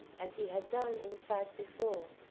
as he had done, in fact, before,